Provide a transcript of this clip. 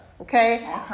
Okay